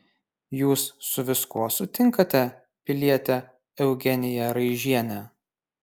jūs su viskuo sutinkate piliete eugenija raižiene